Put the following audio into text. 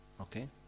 Okay